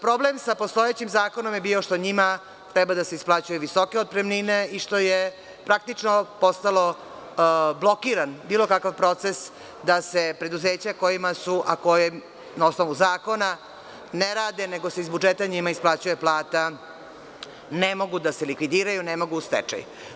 Problem sa postojećim zakonom je bio što njima treba da se isplaćuju visoke otpremnine i što je praktično postao blokiran bilo kakav proces da se preduzeća kojima su, a koja na osnovu zakona ne rade nego se iz budžeta njima isplaćuje plata, ne mogu da se likvidiraju, ne mogu u stečaj.